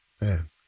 Man